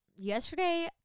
Yesterday